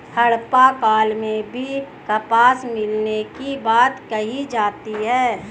हड़प्पा काल में भी कपास मिलने की बात कही जाती है